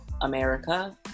America